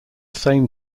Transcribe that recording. same